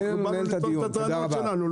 באנו לשטוח את הטענות שלנו.